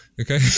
Okay